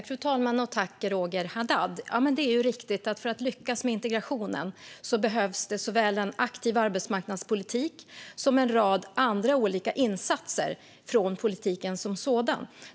Fru talman! Tack, Roger Haddad! Det är riktigt att för att lyckas med integrationen behövs det såväl en aktiv arbetsmarknadspolitik som en rad andra insatser från politiken som sådan.